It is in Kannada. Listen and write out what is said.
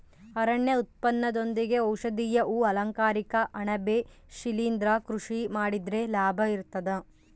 ಅರಣ್ಯ ಉತ್ಪನ್ನದೊಂದಿಗೆ ಔಷಧೀಯ ಹೂ ಅಲಂಕಾರಿಕ ಅಣಬೆ ಶಿಲಿಂದ್ರ ಕೃಷಿ ಮಾಡಿದ್ರೆ ಲಾಭ ಇರ್ತದ